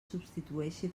substitueixi